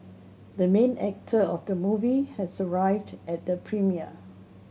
the main actor of the movie has arrived at the premiere